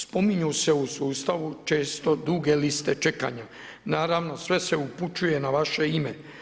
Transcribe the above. Spominju se u sustavu često duge liste čekanja, naravno sve se upućuje na vaše ime.